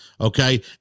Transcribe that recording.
okay